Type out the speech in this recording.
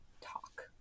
talk